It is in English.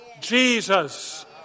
Jesus